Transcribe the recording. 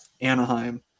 Anaheim